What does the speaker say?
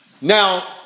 Now